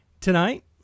tonight